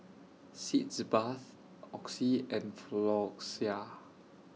Sitz Bath Oxy and Floxia